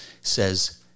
says